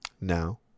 now